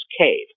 cave